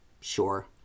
sure